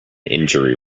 injury